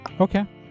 Okay